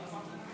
חברי הכנסת,